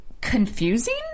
confusing